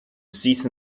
cease